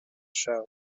show